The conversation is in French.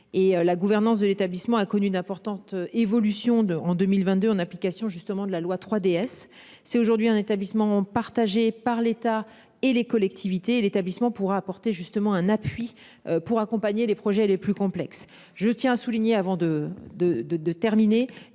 la gouvernance de l'établissement a connu d'importantes évolutions de en 2022 en application justement de la loi 3DS c'est aujourd'hui un établissement partagée par l'État et les collectivités et l'établissement pourra apporter justement un appui pour accompagner les projets les plus complexes. Je tiens à souligner avant de de de